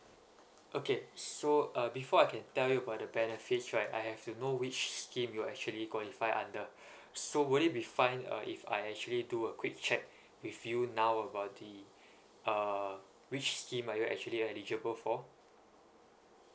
okay so uh before I can tell you about the benefits right I have to know which scheme you actually qualify under so would it be fine uh if I actually do a quick check with you now about the uh which scheme are you actually eligible for